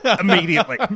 immediately